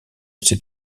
sait